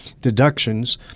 deductions